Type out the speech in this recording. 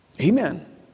Amen